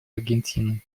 аргентины